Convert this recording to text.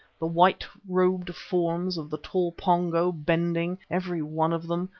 the white-robed forms of the tall pongo, bending, every one of them,